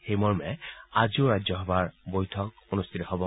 সেইমৰ্মে আজিও ৰাজ্যসভাৰ বৈঠক অনূষ্ঠিত হব